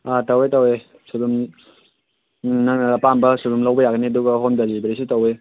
ꯇꯧꯏ ꯇꯧꯏ ꯁꯣꯏꯕꯨꯝ ꯅꯪꯅ ꯑꯄꯥꯝꯕ ꯁꯣꯏꯕꯨꯝ ꯂꯧꯕ ꯌꯥꯒꯅꯤ ꯑꯗꯨꯒ ꯍꯣꯝ ꯗꯦꯂꯤꯚꯔꯤꯁꯨ ꯇꯧꯏ